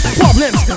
problems